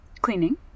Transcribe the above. cleaning